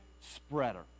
spreader